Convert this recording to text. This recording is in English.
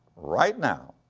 right now,